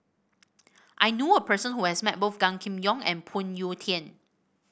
I knew a person who has met both Gan Kim Yong and Phoon Yew Tien